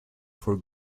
for